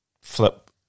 flip